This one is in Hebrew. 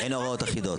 אין הוראות אחידות.